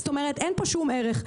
זאת אומרת, אין פה שום ערך.